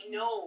no